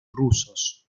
rusos